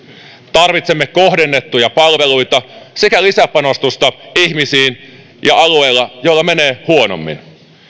tarvitsemme kohdennettuja palveluita sekä lisäpanostusta ihmisiin ja alueille joilla menee huonommin